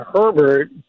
Herbert